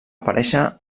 aparèixer